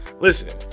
Listen